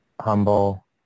humble